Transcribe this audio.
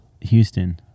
houston